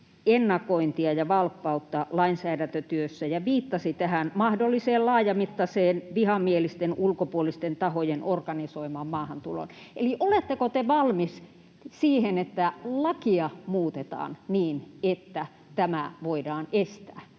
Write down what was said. ennakointia ja valppautta lainsäädäntötyössä ja viittasi tähän mahdolliseen laajamittaiseen vihamielisten ulkopuolisten tahojen organisoimaan maahantuloon. Eli oletteko te valmis siihen, että lakia muutetaan niin, että tämä voidaan estää?